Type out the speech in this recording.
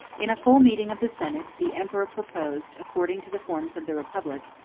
in a full meeting of the senate, the emperor proposed, according to the forms of the republic,